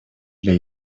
для